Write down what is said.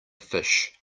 fish